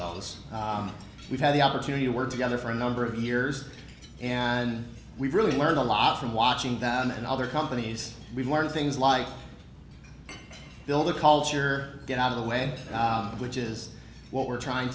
those we've had the opportunity to work together for a number of years and we've really learned a lot from watching that and other companies we've learned things like build the culture get out of the way which is what we're trying